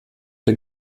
der